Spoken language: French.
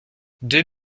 deux